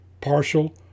partial